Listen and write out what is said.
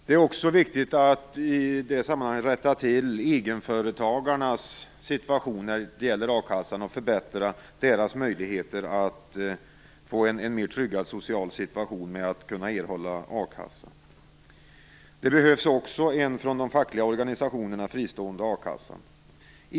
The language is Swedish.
I det sammanhanget är det också viktigt att rätta till egenföretagarnas situation när det gäller a-kassan och förbättra deras möjligheter att få en mer tryggad social situation och kunna få a-kassa. Det behövs också en från de fackliga organisationerna fristående a-kassa.